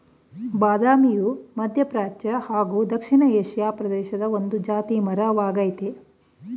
ಬಾದಾಮಿಯು ಮಧ್ಯಪ್ರಾಚ್ಯ ಹಾಗೂ ದಕ್ಷಿಣ ಏಷಿಯಾ ಪ್ರದೇಶದ ಒಂದು ಜಾತಿ ಮರ ವಾಗಯ್ತೆ